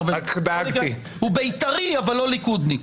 הוא בית"רי אבל לא ליכודניק.